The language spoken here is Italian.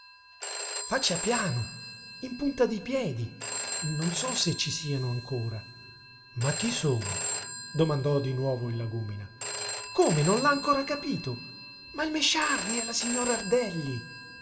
faccia piano in punta di piedi non so se ci siano ancora ma chi sono domandò di nuovo il lagúmina come non l'ha ancora capito ma il mesciardi e la signora